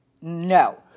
no